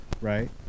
Right